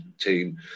team